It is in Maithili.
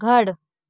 घर